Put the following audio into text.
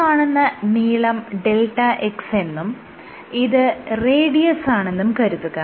ഈ കാണുന്ന നീളം δx എന്നും ഇത് റേഡിയസാണെന്നും കരുതുക